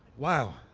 wow.